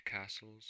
castles